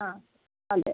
ആ അതെ